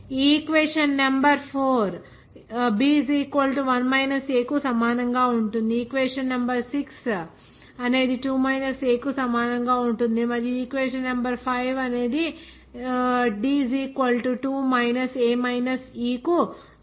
ఈ equation number 4 b 1 a కు సమానంగా ఉంటుంది ఆపై ఈక్వేషన్ నెంబర్ 6 అనేది 2 a కు మరియు ఈక్వేషన్ నెంబర్ 5 అనేది d 2 a e కు సమానం గా రిప్రజెంట్ చేయవచ్చు